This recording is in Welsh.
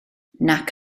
nac